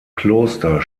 kloster